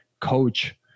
coach